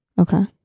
Okay